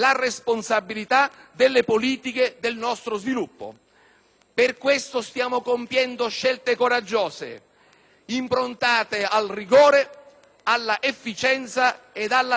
Per questo stiamo compiendo scelte coraggiose, improntate al rigore, all'efficienza ed alla trasparenza. Vogliamo togliervi